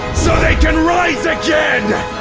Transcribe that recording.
so they can rise again!